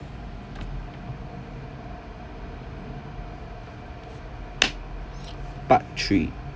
part three